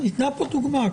ניתנה כאן דוגמה.